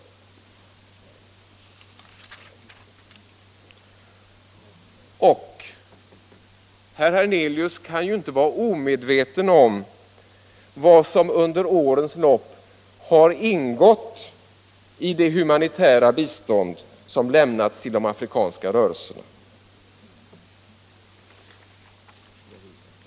Herr Hernelius kan ju inte vara omedveten om vad som under årens lopp har ingått i det humanitära bistånd som lämnats till de afrikanska rörelserna.